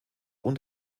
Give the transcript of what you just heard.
und